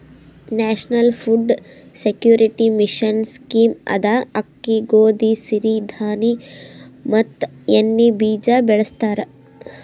national food security mission scheme ದಾಗ ಅಕ್ಕಿ, ಗೋದಿ, ಸಿರಿ ಧಾಣಿ ಮತ್ ಎಣ್ಣಿ ಬೀಜ ಬೆಳಸ್ತರ